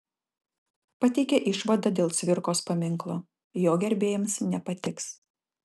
pateikė išvadą dėl cvirkos paminklo jo gerbėjams nepatiks